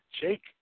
Jake